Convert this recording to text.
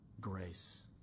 grace